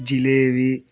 jalebi